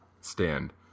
stand